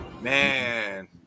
man